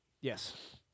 Yes